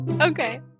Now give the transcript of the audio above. okay